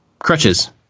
Crutches